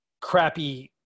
crappy